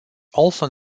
also